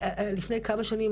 לפני כמה שנים,